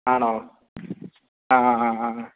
ആണോ ആ ആ ആ ആ